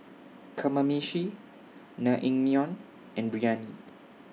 Kamameshi Naengmyeon and Biryani